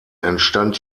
entstand